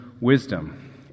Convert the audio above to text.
wisdom